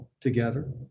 together